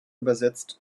übersetzt